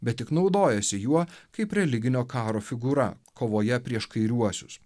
bet tik naudojasi juo kaip religinio karo figūra kovoje prieš kairiuosius